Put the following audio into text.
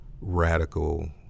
radical